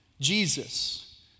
Jesus